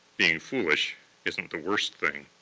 being foolish isn't the worst thing.